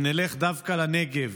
אם נלך דווקא לנגב,